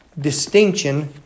Distinction